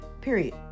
Period